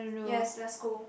yes let's go